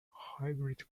hybrid